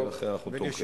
ולכן אנחנו תומכים.